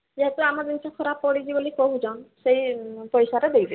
ଯେହେତୁ ଆମ ଜିନିଷ ଖରାପ ପଡ଼ିନି ବୋଲି କହୁଛ ସେଇ ପଇସାରେ ଦେଇଦେବି